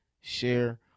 share